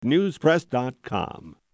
Newspress.com